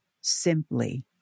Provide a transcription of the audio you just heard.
simply